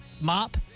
mop